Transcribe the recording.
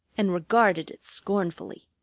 and regarded it scornfully.